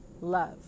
love